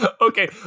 Okay